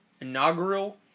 inaugural